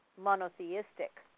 monotheistic